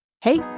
Hey